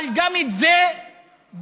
אבל גם את זה דוחים.